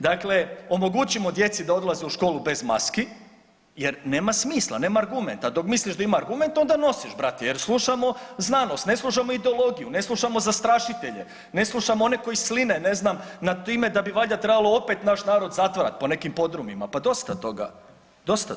Dakle, omogućimo djeci da odlaze u školu bez maski, jer nema smisla, nema argumenta, dok misliš da ima argumenta, onda nosiš, brate jer slušamo znanost, ne slušamo ideologiju, ne slušamo zastrašitelje, ne slušamo one koji sline ne znam, nad time da bi valjda trebalo opet naš narod zatvarat po nekim podrumima, pa dosta toga.